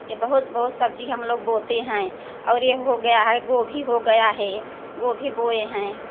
ये बहुत बहुत सब्जी हम लोग बोते हैं और ये हो गया है गोभी हो गया है गोभी बोये हैं